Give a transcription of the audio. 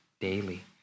daily